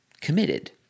committed